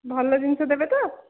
ଭଲ ଜିନିଷ ଦେବେ ତ